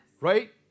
Right